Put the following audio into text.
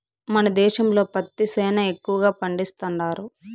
మన దేశంలో పత్తి సేనా ఎక్కువగా పండిస్తండారు